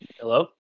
Hello